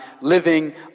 living